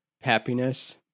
happiness